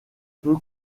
peu